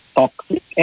toxic